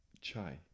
chai